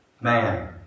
Man